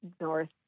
North